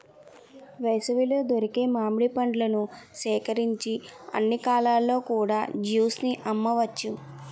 వేసవిలో దొరికే మామిడి పండ్లను సేకరించి అన్ని కాలాల్లో కూడా జ్యూస్ ని అమ్మవచ్చు